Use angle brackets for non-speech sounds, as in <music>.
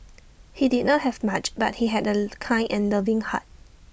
<noise> he did not have much but he had A kind and loving heart